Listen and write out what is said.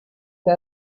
que